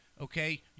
Okay